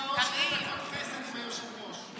שתי דקות חסד עם היושב-ראש.